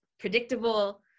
Predictable